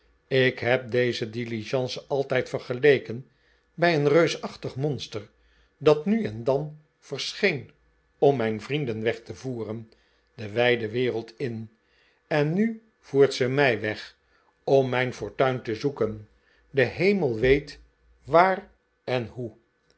ik heb deze diligence altijd vergeleken bij een reusachtig monster dat nu en dan verscheen om mijn vrienden weg te voeren de wijde wereld in en nu voert ze mij weg om mijn fortuin te zoeken de hemel weet waar en hoe